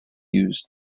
used